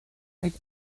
oedd